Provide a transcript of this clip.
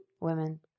Women